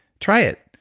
try it.